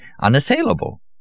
Unassailable